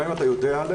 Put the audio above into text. גם אם אתה יודע עליהם.